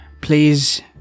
please